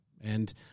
And-